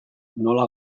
nola